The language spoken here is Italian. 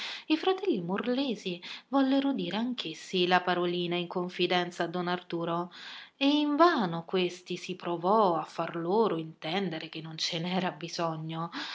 i fratelli morlesi vollero dire anch'essi la parolina in confidenza a don arturo e invano questi si provò a far loro intendere che non ce n'era bisogno